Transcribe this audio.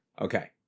Okay